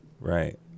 Right